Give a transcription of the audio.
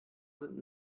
sind